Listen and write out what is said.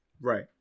Right